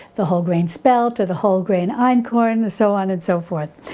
the whole grain spelt or the whole grain einkcorn and so on and so forth.